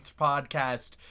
podcast